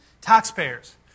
taxpayers